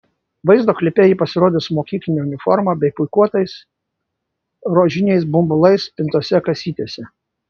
vaizdo klipe ji pasirodė su mokykline uniforma bei pūkuotais rožiniais bumbulais pintose kasytėse